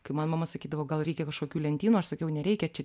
kai man mama sakydavo gal reikia kažkokių lentynų aš sakiau nereikia čia